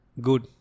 Good